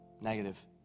negative